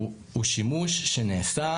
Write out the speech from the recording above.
הוא שימוש שנעשה